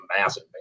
massive